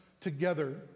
together